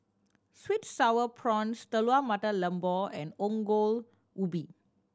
sweet and Sour Prawns Telur Mata Lembu and Ongol Ubi